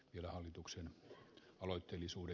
kyllä sen jälkeen